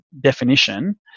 definition